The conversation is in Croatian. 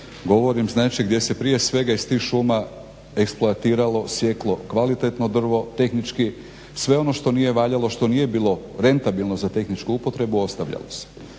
govorim, znači gdje se prije svega iz tih šuma eksploatiralo, sjeklo kvalitetno drvo, tehnički sve ono što nije valjalo, što nije bilo rentabilno za tehničku upotrebu ostavljalo se.